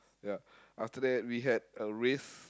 ya after that we had a race